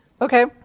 Okay